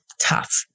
tough